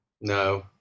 No